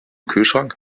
kühlschrank